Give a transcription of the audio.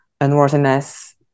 unworthiness